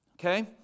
Okay